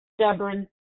stubborn